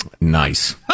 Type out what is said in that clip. nice